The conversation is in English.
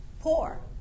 poor